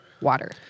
water